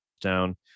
down